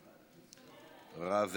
רז,